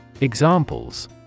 Examples